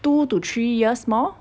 two to three years more